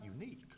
unique